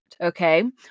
okay